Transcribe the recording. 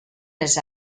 les